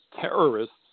terrorists